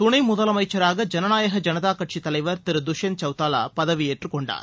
துணை முதலமைச்சராக ஜனநாயக ஜனதா கட்சி தலைவர் திரு துஷ்யந்த் சவுதாலா பதவியேற்றுக்கொண்டார்